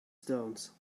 stones